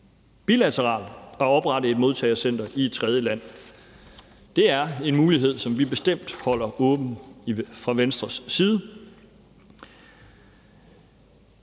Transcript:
bilateralt at oprette et modtagecenter i et tredjeland. Det er en mulighed, som vi bestemt holder åben fra Venstres side.